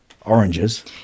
oranges